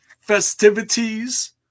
festivities